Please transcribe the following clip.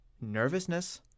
nervousness